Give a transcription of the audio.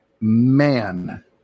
man